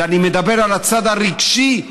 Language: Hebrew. אלא אני מדבר על הצד הרגשי,